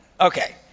Okay